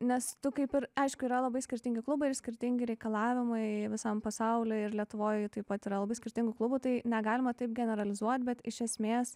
nes tu kaip ir aišku yra labai skirtingi klubai ir skirtingi reikalavimai visam pasauly ir lietuvoj taip pat yra labai skirtingų klubų tai negalima taip generalizuot bet iš esmės